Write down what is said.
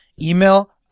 email